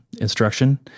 instruction